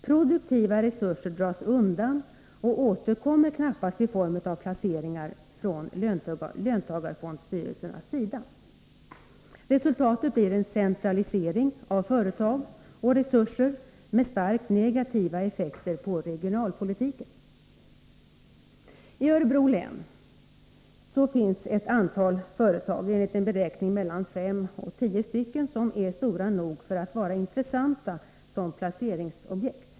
Produktiva resurser dras undan och återkommer knappast i form av placeringar från löntagarfondsstyrelsernas sida. Resultatet blir en centralisering av företag och resurser med starkt negativa effekter på regionalpolitiken. I Örebro län finns ett antal företag — enligt en beräkning mellan fem och tio stycken — som är stora nog för att vara intressanta som placeringsobjekt.